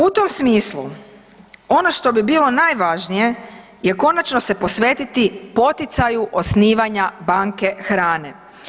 U tom smislu ono što bi bilo najvažnije je konačno se posvetiti poticaju osnivanja banke hrane.